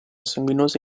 sanguinosa